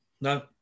No